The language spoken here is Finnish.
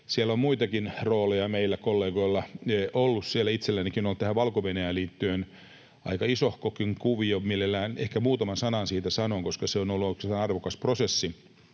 Siellä on muitakin rooleja meillä kollegoilla ollut. Siellä itsellänikin on tähän Valko-Venäjään liittyen aika isohkokin kuvio. Mielellään ehkä muutaman sanan siitä sanon, koska se on ollut oikeastaan arvokas prosessi.